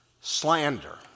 Slander